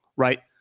right